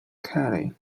charley